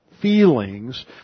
feelings